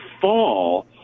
fall